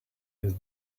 with